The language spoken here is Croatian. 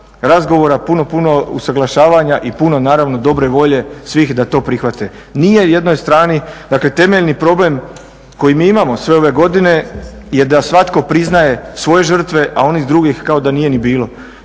puno, puno usuglašavanja i puno naravno dobre volje svih da to prihvate. Nije jednoj strani, dakle temeljni problem koji mi imamo sve ove godine je da svatko priznaje svoje žrtve, a onih drugih kao da nije ni bilo.